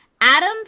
Adam